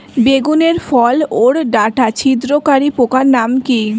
বেগুনের ফল ওর ডাটা ছিদ্রকারী পোকার নাম কি?